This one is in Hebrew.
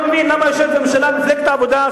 ואני לא מבין למה מפלגת העבודה,